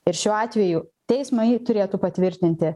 ir šiuo atveju teismai turėtų patvirtinti